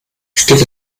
steht